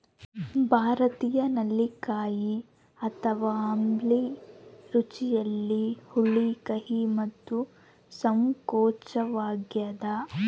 ಭಾರತೀಯ ನೆಲ್ಲಿಕಾಯಿ ಅಥವಾ ಆಮ್ಲ ರುಚಿಯಲ್ಲಿ ಹುಳಿ ಕಹಿ ಮತ್ತು ಸಂಕೋಚವಾಗ್ಯದ